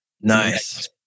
Nice